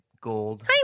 gold